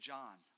John